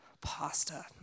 Pasta